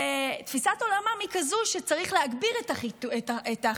תפיסת עולמם היא כזאת שצריך להגביר את החיכוך